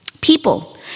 People